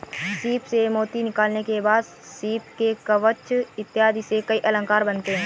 सीप से मोती निकालने के बाद सीप के कवच इत्यादि से कई अलंकार बनते हैं